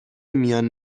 میان